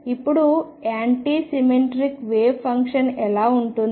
ఇప్పుడు anti symmetric wave function ఎలా ఉంటుంది